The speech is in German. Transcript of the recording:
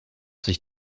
sich